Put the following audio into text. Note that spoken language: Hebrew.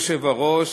אדוני היושב-ראש,